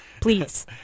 please